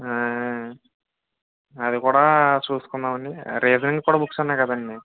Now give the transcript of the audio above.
అది కూడా చూసుకుందాం అని రీజనింగ్కి కూడా బుక్స్ ఉన్నాయి కదండి